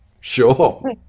Sure